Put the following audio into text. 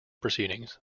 proceedings